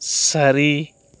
சரி